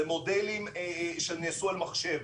הם מודלים שנעשו על מחשב.